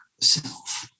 self